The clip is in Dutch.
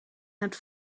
het